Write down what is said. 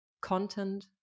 content